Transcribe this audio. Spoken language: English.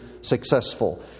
successful